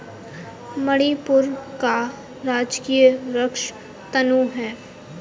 मणिपुर का राजकीय वृक्ष तून है